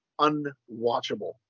unwatchable